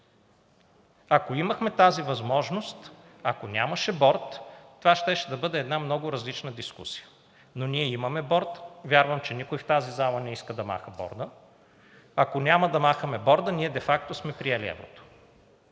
Ако имахме тази възможност, ако нямаше борд, това щеше да бъде една много различна дискусия. Но ние имаме борд и вярвам, че никой в тази зала не иска да маха борда. Ако няма да махаме борда, ние де факто сме приели еврото.